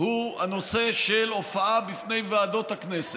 הוא הנושא של הופעה בפני ועדות הכנסת.